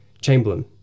Chamberlain